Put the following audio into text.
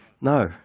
No